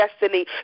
destiny